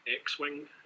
X-Wing